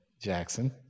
Jackson